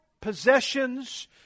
possessions